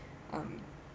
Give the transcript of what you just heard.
um